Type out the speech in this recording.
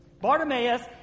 Bartimaeus